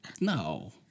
No